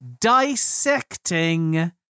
dissecting